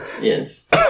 Yes